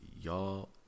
y'all